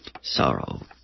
sorrow